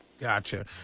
Gotcha